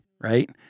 right